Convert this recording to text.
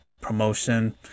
promotion